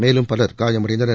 மேலும் பலர் படுகாயமடைந்தனர்